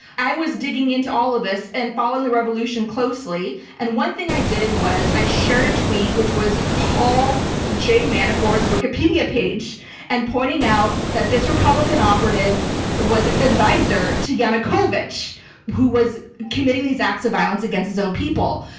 i was digging into all of this and following the revolution closely. and one thing i did was i shared a tweet which was paul j. manafort's wikipedia page and pointing out that this republican operative was an advisor to yanukovych who was committing these acts of violence against his own people.